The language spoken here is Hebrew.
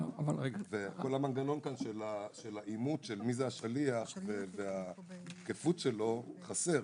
כל המנגנון כאן של האימות של מי זה השליח והתקפות שלו חסר.